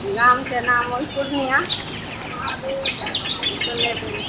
गामके नाम वही पूर्णिया सुनय दिअ